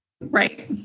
Right